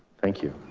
thank you.